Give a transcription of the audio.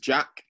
Jack